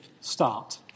start